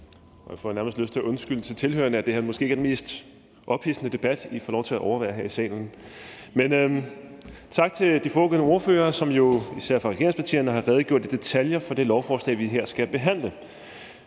Jeg får nærmest lyst til at undskylde over for tilhørerne, at det måske ikke er den mest ophidsende debat, som de får lov til at overvære her i salen. Men tak til de foregående ordførere, som jo, især dem fra regeringspartierne, har redegjort i detaljer for det lovforslag, vi her skal behandle.